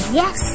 yes